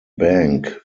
bank